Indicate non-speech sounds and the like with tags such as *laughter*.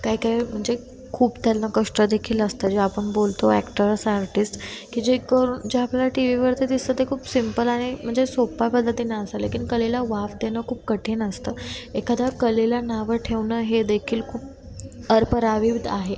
काय काय म्हणजे खूप त्यांना कष्ट देखील असतं जे आपण बोलतो ॲक्टर्स आर्टिस्ट की जे करून जे आपल्या टी व्हीवरती दिसत ते खूप सिम्पल आणि म्हणजे सोप्पा पद्धतीनं असा लेकिन कलेला वाव देणं खूप कठीण असतं एखाद्या कलेला नावं ठेवणं हे देखील खूप *unintelligible* आहे